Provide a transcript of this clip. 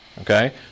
Okay